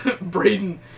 Braden